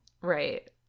right